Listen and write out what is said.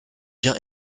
vient